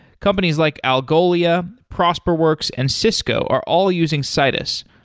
companies like algolia, prosperworks and cisco are all using citus,